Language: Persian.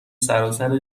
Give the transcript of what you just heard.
سراسر